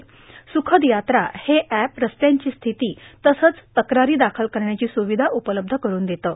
सुखद यात्रा हे एप रस्त्यांची स्थिती तसंच तक्रारां दाखल करण्याची र्स्रावधा उपलब्ध करुन देतं